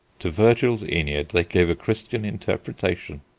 to virgil's aeneid they gave a christian interpretation!